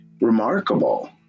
remarkable